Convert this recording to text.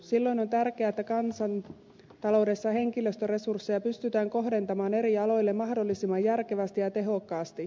silloin on tärkeää että kansantaloudessa henkilöstöresursseja pystytään kohdentamaan eri aloille mahdollisimman järkevästi ja tehokkaasti